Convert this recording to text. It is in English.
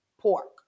pork